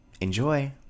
Enjoy